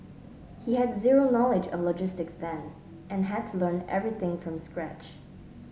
he had zero knowledge of logistics then and had to learn everything from scratch